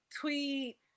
Tweet